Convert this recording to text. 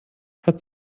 hat